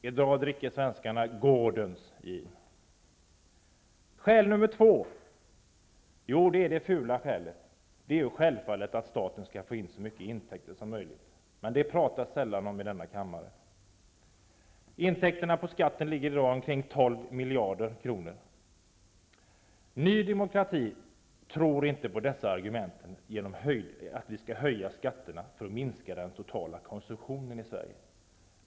I dag dricker de Skäl nummer två är det fula skälet, och det är självfallet att staten skall få in så mycket intäkter som möjligt. Men det pratas det sällan om i denna kammare. Intäkterna av skatten är i dag omkring 12 miljarder kronor. Ny demokrati tror inte på argumentet att vi skall höja skatterna för att minska den totala konsumtionen i Sverige.